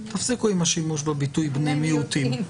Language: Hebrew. תפסיקו עם השימוש בביטוי 'בני מיעוטים'.